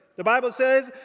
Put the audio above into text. the bible says,